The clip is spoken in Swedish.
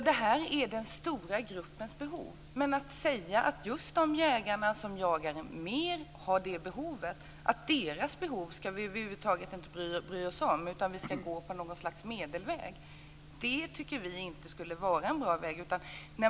Herr talman! Det är det behov som den stora gruppen har, men de jägare som jagar mer har inte samma behov. Att över huvud taget inte bry sig om deras behov utan gå ett slags medelväg tycker vi inte skulle vara bra.